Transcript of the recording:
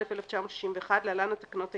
התשכ"א-1961 (להלן התקנות העיקריות),